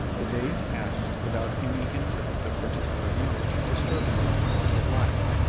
the days passed without any incident of particular note disturbing the current of life.